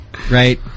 right